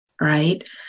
right